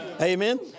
Amen